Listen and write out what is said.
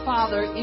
Father